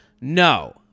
No